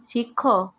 ଶିଖ